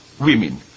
women